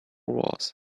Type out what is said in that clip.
wars